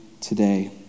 today